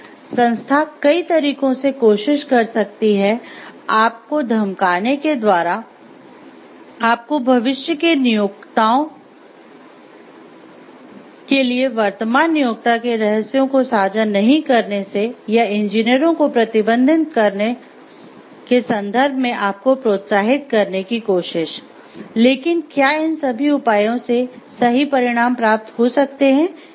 संस्था कई तरीकों से कोशिश कर सकती है आप को धमकाने के द्वारा आपको भविष्य के नियोक्ताओं के लिए वर्तमान नियोक्ता के रहस्यों को साझा नहीं करने से या इंजीनियरों को प्रतिबंधित करने के संदर्भ में आपको प्रोत्साहित करने की कोशिश लेकिन क्या इन सभी उपायों से सही परिणाम प्राप्त हो सकते हैं या नहीं